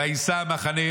וייסע המחנה